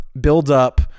buildup